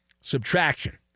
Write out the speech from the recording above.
subtraction